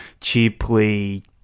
cheaply